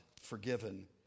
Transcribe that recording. forgiven